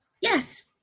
Yes